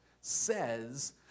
says